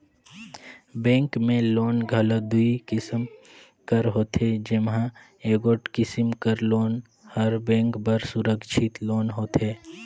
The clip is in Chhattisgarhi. बेंक में लोन घलो दुई किसिम कर होथे जेम्हां एगोट किसिम कर लोन हर बेंक बर सुरक्छित लोन होथे